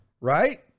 Right